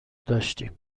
داشتم